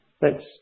Thanks